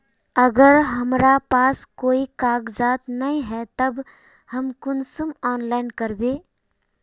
अगर हमरा पास कोई कागजात नय है तब हम कुंसम ऑनलाइन करबे?